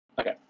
okay